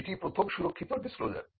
এটি প্রথম সুরক্ষিত ডিসক্লোজার